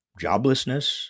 joblessness